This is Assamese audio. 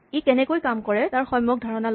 ই কেনেকৈ কাম কৰে তাৰ সম্যক ধাৰণা লওঁ